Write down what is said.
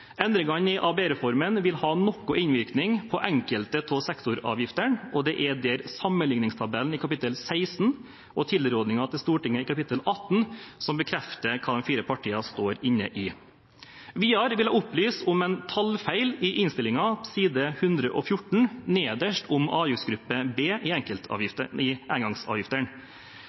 Endringene i ABE-reformen vil ha noe innvirkning på enkelte av sektoravgiftene, og det er der sammenligningstabellen i kapittel 16 og tilrådingen til Stortinget i kapittel 18 som bekrefter hva de fire partiene står inne i. Videre vil jeg opplyse om en tallfeil i innstillingen på side 114 nederst om avgiftsgruppe B i